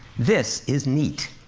this is neat.